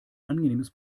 angenehmes